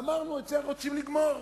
ואמרנו, את זה רוצים לגמור.